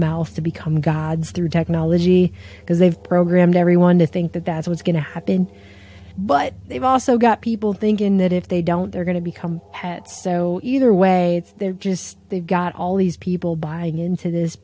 mouth to become gods through technology because they've programmed everyone to think that that's what's going to happen but they've also got people thinking that if they don't they're going to become head so either way it's just they've got all these people buying into this